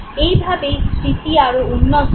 এইভাবেই স্মৃতি আরও উন্নত হয়